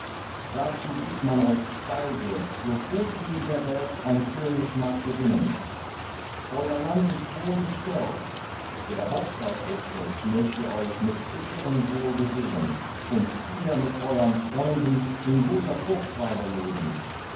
dazu gibt man euch speise so gut sie in der welt ein könig mag gewinnen euer land ist wohl bestellt der hochzeit etzels mögt ihr euch mit ehren wohl begeben und hier mit euern freunden in guter kurzweile leben